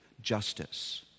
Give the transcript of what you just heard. justice